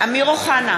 אמיר אוחנה,